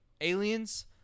aliens